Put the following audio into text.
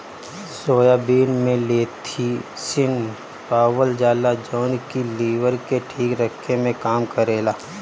soybean में lecithin पावल जाला जवन की लीवर के ठीक रखे में काम करेला